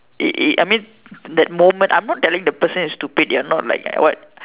it it I mean that moment I am not telling the person is stupid they are not like what